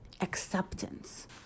acceptance